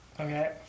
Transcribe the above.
Okay